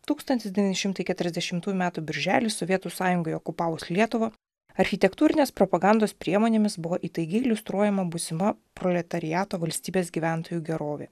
tūkstantis devyni šimtai keturiasdešimtųjų metų birželį sovietų sąjungai okupavus lietuvą architektūrinės propagandos priemonėmis buvo įtaigiai iliustruojama būsima proletariato valstybės gyventojų gerovė